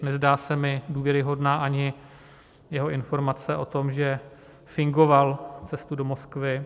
Nezdá se mi důvěryhodná ani jeho informace o tom, že fingoval cestu do Moskvy.